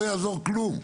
לא יעזור כלום.